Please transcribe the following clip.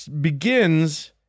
begins